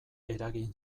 eragin